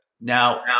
Now